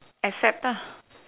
except lah